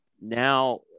Now